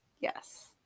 yes